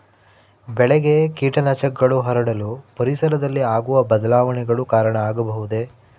ಬೆಳೆಗೆ ಕೇಟನಾಶಕಗಳು ಹರಡಲು ಪರಿಸರದಲ್ಲಿ ಆಗುವ ಬದಲಾವಣೆಗಳು ಕಾರಣ ಆಗಬಹುದೇ?